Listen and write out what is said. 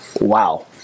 wow